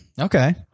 Okay